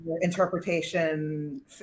interpretation